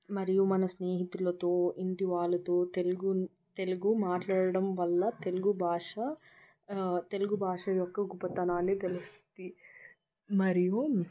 మరియు మన స్నేహితులతో ఇంటి వాళ్ళతో తెలుగును తెలుగు మాట్లాడడం వల్ల తెలుగు భాష తెలుగు భాష యొక్క గొప్పతనాన్ని తెలుస్తుంది మరియు